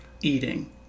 eating